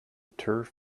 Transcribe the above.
turf